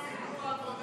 סידור עבודה